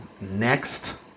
next